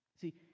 See